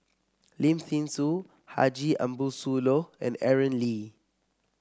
Lim Thean Soo Haji Ambo Sooloh and Aaron Lee